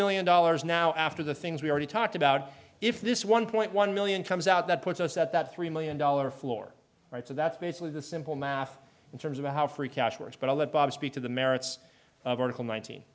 million dollars now after the things we already talked about if this one point one million comes out that puts us at that three million dollar floor right so that's basically the simple math in terms of how free cash works but i'll let bob speak to the merits of article nineteen